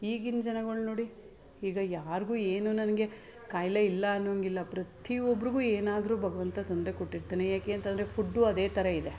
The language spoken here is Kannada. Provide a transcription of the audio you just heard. ಈಗಿನ ಜನಗಳು ನೋಡಿ ಈಗ ಯಾರಿಗೂ ಏನು ನನಗೆ ಕಾಯಿಲೆ ಇಲ್ಲ ಅನ್ನೋಂಗಿಲ್ಲ ಪ್ರತಿ ಒಬ್ರಿಗೂ ಏನಾದರೂ ಭಗ್ವಂತ ತೊಂದರೆ ಕೊಟ್ಟಿರ್ತಾನೆ ಯಾಕೆ ಅಂತಂದ್ರೆ ಫುಡ್ಡು ಅದೇ ಥರ ಇದೆ